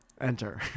Enter